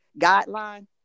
guideline